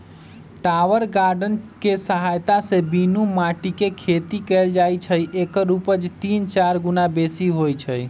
tower garden कें सहायत से बीनु माटीके खेती कएल जाइ छइ एकर उपज तीन चार गुन्ना बेशी होइ छइ